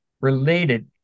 related